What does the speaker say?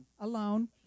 alone